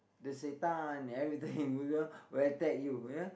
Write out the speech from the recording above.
the Satan everything you know will attack you you know